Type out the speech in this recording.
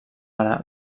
ara